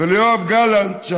וליואב לגלנט,